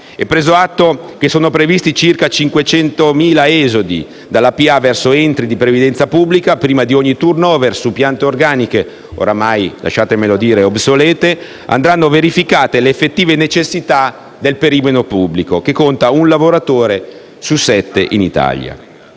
E preso atto che sono previsti circa 500.000 esodi dalla PA verso gli enti di previdenza pubblica, prima di ogni *turnover* su piante organiche ormai obsolete, andranno verificate le effettive necessità del perimetro pubblico, che conta un lavoratore su sette in Italia.